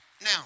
Now